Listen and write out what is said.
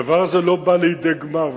הדבר הזה לא בא לידי גמר,